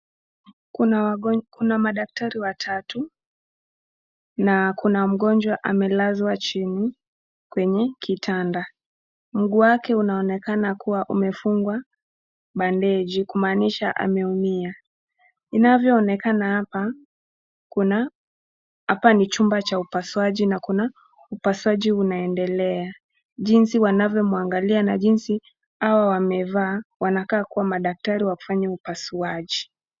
Kuna madaktari watatu na kuna mgonjwa amelazwa chini kwenye kitanda. Mguu wake unaonekana kuwa umefungwa bandeji kumaanisha amaumia. Inavyoonekana hapa, hapa ni chumba cha upasuaji na kuna upasuaji unaendelea jinsi wanavyomwangalia na jinsi hawa wamevaa wanakaa kuwa madaktari wa kufanya upasuaji.